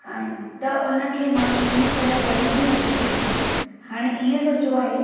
आहिनि त उन खे मां चंङीअ तरह पढ़ी बि न थी सघां हाणे इएं सोचो आहे